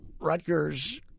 Rutgers